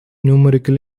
numerical